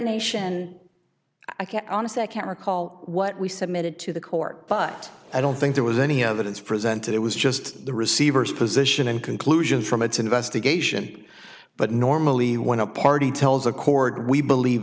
nation i can't honestly i can't recall what we submitted to the court but i don't think there was any evidence presented it was just the receivers position and conclusions from its investigation but normally when a party tells a chord we believe